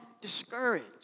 discouraged